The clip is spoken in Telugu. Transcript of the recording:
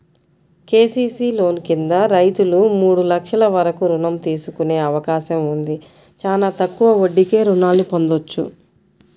కేసీసీ లోన్ కింద రైతులు మూడు లక్షల వరకు రుణం తీసుకునే అవకాశం ఉంది, చానా తక్కువ వడ్డీకే రుణాల్ని పొందొచ్చు